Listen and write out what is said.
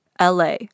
LA